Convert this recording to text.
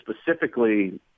specifically